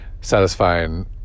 satisfying